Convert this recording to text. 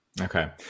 Okay